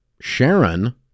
Sharon